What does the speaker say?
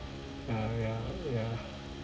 yeah yeah